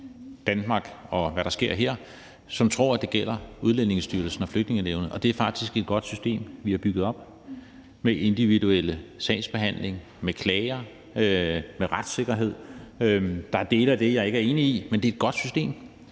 som tror, at det gælder Udlændingestyrelsen og Flygtningenævnet, og det er faktisk et godt system, vi har bygget op med individuel sagsbehandling, med klager, med retssikkerhed. Der er dele af det, jeg ikke er enig i, men det er et godt system,